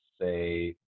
say